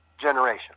generation